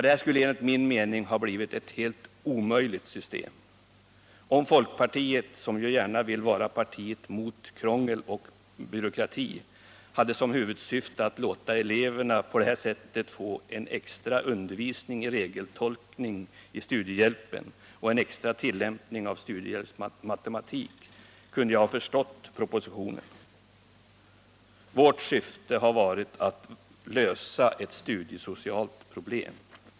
Det här skulle enligt min mening ha blivit ett helt omöjligt system. Om folkpartiet — som ju gärna vill vara partiet mot krångel och byråkrati — hade som huvudsyfte att låta eleverna på detta sätt få extra övning i regeltolkning i studiehjälpen och extra tillämpning av studiehjälpsmatematik, kunde jag ha förstått propositionen. Vårt syfte har varit att lösa ett studiesocialt problem.